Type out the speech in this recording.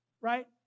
Right